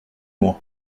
mois